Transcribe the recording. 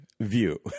View